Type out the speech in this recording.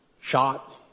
shot